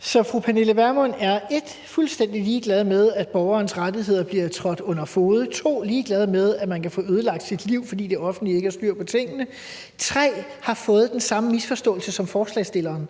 Så fru Pernille Vermund er 1) fuldstændig ligeglad med, at borgerens rettigheder bliver trådt under fode, 2) ligeglad med, at man kan få ødelagt sit liv, fordi det offentlige ikke har styr på tingene, 3) ligger under for den samme misforståelse som forslagsstilleren.